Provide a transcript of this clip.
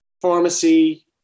pharmacy